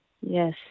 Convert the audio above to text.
Yes